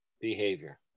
behavior